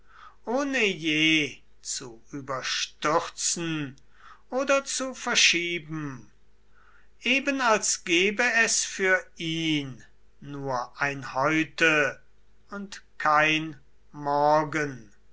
ohne je zu überstürzen oder zu verschieben eben als gebe es für ihn nur ein heute und kein morgen